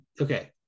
Okay